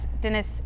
Dennis